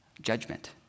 judgment